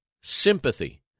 sympathy